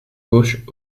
gauche